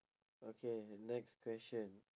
okay the next question